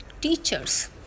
teachers